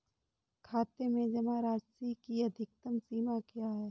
खाते में जमा राशि की अधिकतम सीमा क्या है?